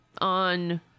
on